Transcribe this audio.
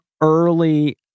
early